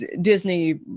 Disney